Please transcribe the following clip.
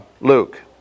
Luke